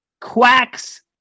quacks